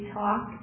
talk